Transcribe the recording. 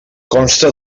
consta